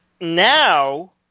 now –